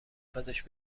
پزشک